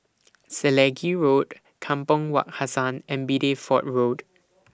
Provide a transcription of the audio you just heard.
Selegie Road Kampong Wak Hassan and Bideford Road